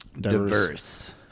diverse